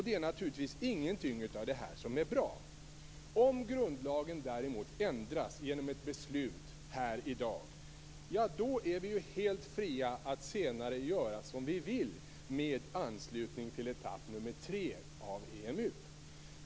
Det är naturligtvis ingenting av detta som är bra. Om grundlagen däremot ändras genom ett beslut här i dag, ja, då är vi helt fria att senare göra som vi vill med anslutning till EMU:s etapp nr 3.